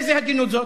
איזו הגינות זאת?